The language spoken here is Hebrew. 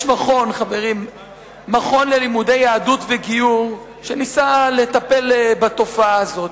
יש מכון ללימודי יהדות וגיור שניסה לטפל בתופעה הזאת.